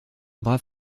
brave